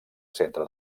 centre